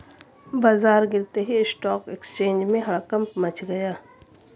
बाजार गिरते ही स्टॉक एक्सचेंज में हड़कंप मच गया